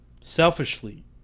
selfishly